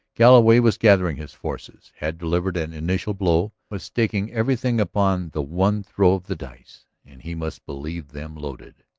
galloway was gathering his forces, had delivered an initial blow, was staking everything upon the one throw of the dice. and he must believe them loaded.